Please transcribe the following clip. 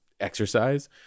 exercise